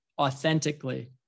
authentically